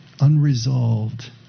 unresolved